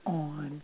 on